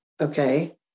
Okay